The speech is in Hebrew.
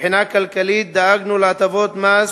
מבחינה כלכלית דאגנו להטבות מס